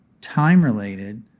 time-related